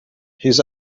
his